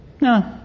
No